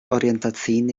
orientacyjny